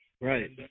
Right